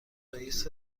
رئیس